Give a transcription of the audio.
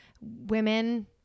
women